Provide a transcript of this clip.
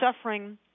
suffering